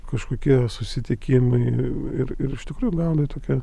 kažkokie susitikimai ir ir iš tikrųjų gauni tokią